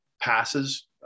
passes